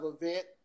event